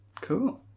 Cool